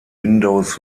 windows